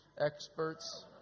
experts